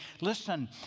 listen